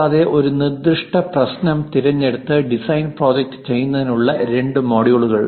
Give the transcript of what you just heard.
കൂടാതെ ഒരു നിർദ്ദിഷ്ട പ്രശ്നം തിരഞ്ഞെടുത്ത് ഡിസൈൻ പ്രോജക്റ്റ് ചെയ്യുന്നതിനുള്ള രണ്ട് മൊഡ്യൂളുകൾ